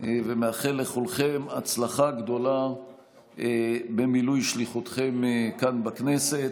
ומאחל לכולכם הצלחה גדולה במילוי שליחותכם כאן בכנסת.